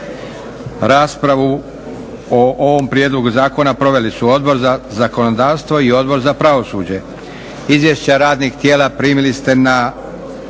Raspravu o ovom prijedlogu zakona proveli su Odbor za zakonodavstvo i Odbor za pravosuđe. Izvješća radnih tijela primili ste u